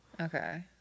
Okay